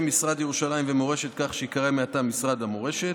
משרד ירושלים ומורשת כך שייקרא מעתה משרד המורשת,